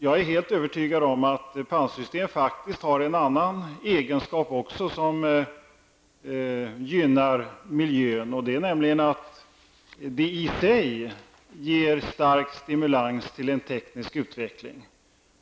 Jag är helt övertygad om att pantsystem faktiskt också har en annan egenskap som gynnar miljön. Pantsystemet i sig ger en stark stimulans till teknisk utveckling.